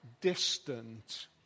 distant